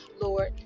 lord